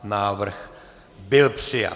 Návrh byl přijat.